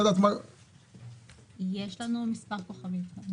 יש לנו מספר כוכבית.